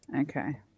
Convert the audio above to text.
Okay